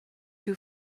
who